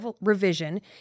revision